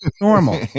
normal